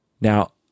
Now